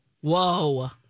Whoa